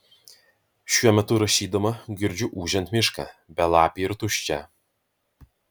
šiuo metu rašydama girdžiu ūžiant mišką belapį ir tuščią